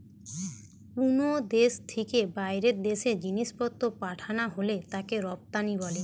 কুনো দেশ থিকে বাইরের দেশে জিনিসপত্র পাঠানা হলে তাকে রপ্তানি বলে